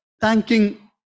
thanking